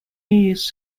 used